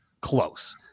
close